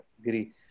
agree